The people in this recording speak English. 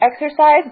exercise